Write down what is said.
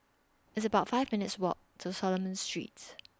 It's about five minutes' Walk to Solomon Streets